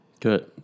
Good